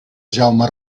jaume